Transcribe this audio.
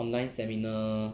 online seminar